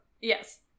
Yes